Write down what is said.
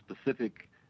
specific